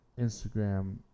Instagram